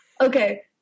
Okay